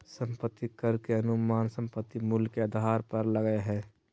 संपत्ति कर के अनुमान संपत्ति मूल्य के आधार पर लगय हइ